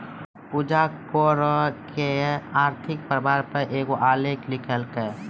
पूजा करो के आर्थिक प्रभाव पे एगो आलेख लिखलकै